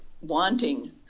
wanting